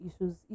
issues